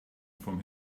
from